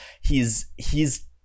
he's—he's